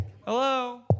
Hello